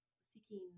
seeking